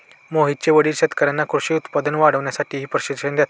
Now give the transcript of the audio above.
मोहितचे वडील शेतकर्यांना कृषी उत्पादन वाढवण्यासाठी प्रशिक्षण देतात